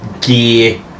gear